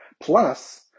Plus